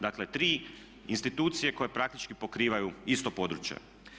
Dakle, tri institucije koje praktički pokrivaju isto područje.